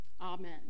Amen